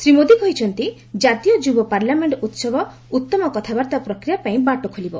ଶ୍ରୀ ମୋଦି କହିଛନ୍ତି ଜାତୀୟ ଯୁବ ପାର୍ଲାମେଣ୍ଟ ଉତ୍ତମ କାଥାବାର୍ତ୍ତା ପ୍ରକ୍ରିୟା ପାଇଁ ବାଟ ଖୋଲିବ